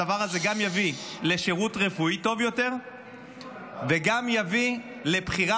הדבר הזה יביא גם לשירות רפואי טוב יותר ויביא גם לבחירה